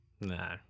No